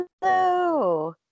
Hello